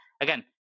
again